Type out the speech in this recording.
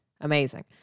Amazing